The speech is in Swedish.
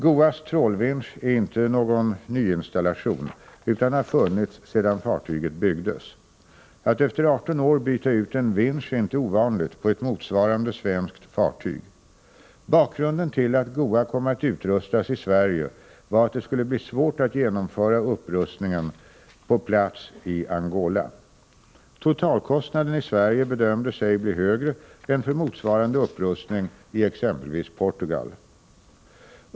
GOA:s trålvinsch är inte någon nyinstallation utan har funnits sedan fartyget byggdes. Att efter 18 år byta ut en vinsch är inte ovanligt på ett motsvarande svenskt fartyg. Bakgrunden till att GOA kom att upprustas i Sverige var att det skulle bli svårt att genomföra upprustningen på plats i Angola. Totalkostnaden i Sverige bedömdes ej bli högre än för motsvarande upprustning i exempelvis Portugal.